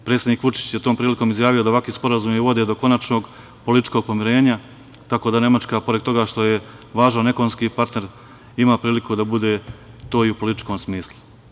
Predsednik Vučić je tom prilikom izjavio da ovakvi sporazumi vode do konačnog političkog pomirenja, tako da Nemačka pored toga što je važan ekonomski partner ima priliku da bude to i u političkom smislu.